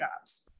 jobs